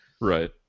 Right